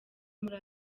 muri